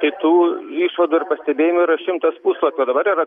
tai tų išvadų ir pastebėjimų yra šimtas puslapių o dabar yra